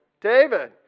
David